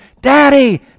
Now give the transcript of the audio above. Daddy